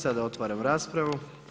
Sada otvaram raspravu.